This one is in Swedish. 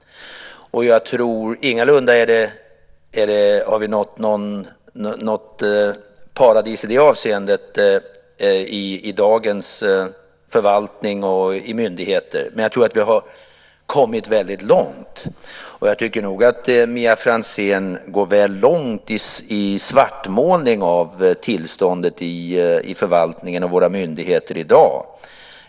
Vi har ingalunda nått något paradis i det avseendet i dagens förvaltning och i myndigheterna, men jag tror att vi har kommit väldigt långt. Jag tycker nog att Mia Franzén går väl långt i svartmålning av tillståndet i förvaltningen och våra myndigheter i dag.